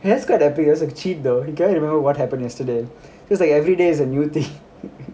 !hey! that's quite epic there's like cheat though he cannot remember what happen because like everyday is a new thing